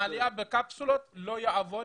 העלייה בקפסולות לא תעבוד,